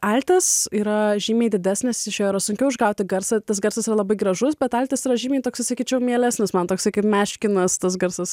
altas yra žymiai didesnis iš jo yra sunkiau išgauti garsą tas garsas yra labai gražus bet altas yra žymiai toksai sakyčiau mielesnis man toksai kaip meškinas tas garsas